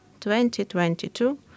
2022